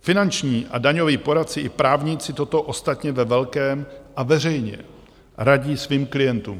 Finanční a daňoví poradci i právníci toto ostatně ve velkém a veřejně radí svým klientům.